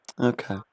Okay